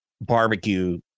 barbecue